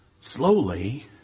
slowly